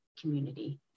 community